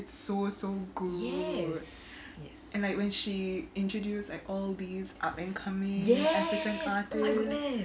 it's so so good and like when she introduce like all these up and coming african artists